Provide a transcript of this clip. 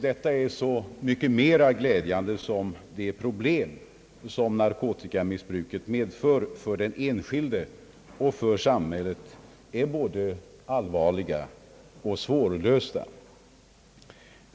Detta är så mycket mera glädjande som de problem, som narkotikamissbruket medför för den enskilde och för samhället, är både allvarliga och svårlösta.